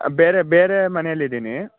ಬೇರೆ ಬೇರೆ ಮನೆಯಲ್ಲಿದ್ದೀನಿ